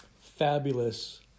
fabulous